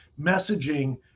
messaging